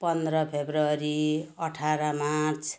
पन्ध्र फेब्रुअरी अठार मार्च